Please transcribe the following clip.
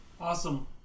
Awesome